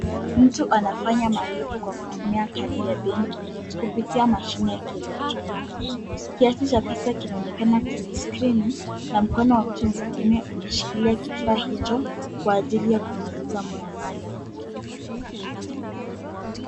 Mtu anafanya malipo kwa kutumia kadi ya benki, kupitia mashine ya kielektroniki. Kiasi cha pesa kinaonekana kwenye skrini na mkono wa mtu mwingine umeshikilia kifaa hicho kwa ajili ya kumaliza muamala.